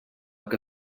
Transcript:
que